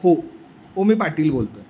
हो ओ मी पाटील बोलतो आहे